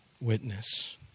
witness